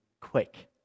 quick